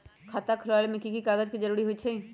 खाता खोले में कि की कागज के जरूरी होई छइ?